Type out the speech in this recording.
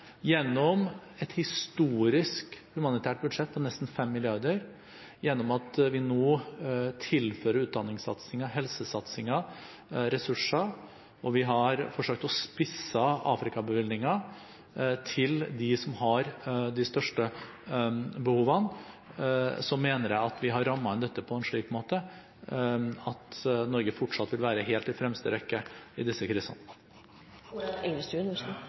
Gjennom et historisk humanitært budsjett på nesten 5 mrd. kr, gjennom at vi nå tilfører utdanningssatsingen og helsesatsingen ressurser, og vi har forsøkt å spisse Afrika-bevilgningen til dem som har de største behovene, mener jeg at vi har rammet inn dette på en slik måte at Norge fortsatt vil være helt i fremste rekke i disse krisene.